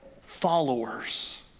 followers